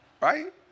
right